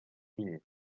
fill